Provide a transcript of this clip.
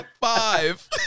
five